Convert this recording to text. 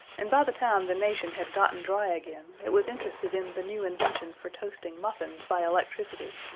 and by the time the nation had gotten dry again it was interested in the new invention for toasting muffins by electricity,